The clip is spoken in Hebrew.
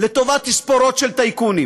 לטובת תספורות של טייקונים,